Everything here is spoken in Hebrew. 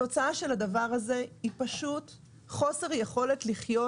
התוצאה של הדבר הזה היא חוסר יכולת לחיות